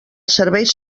serveis